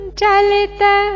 chalita